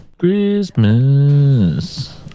Christmas